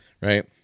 right